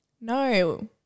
No